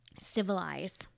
civilize